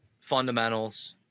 fundamentals